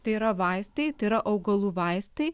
tai yra vaistai tai yra augalų vaistai